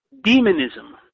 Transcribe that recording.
demonism